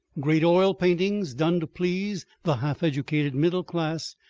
great oil paintings, done to please the half-educated middle-class,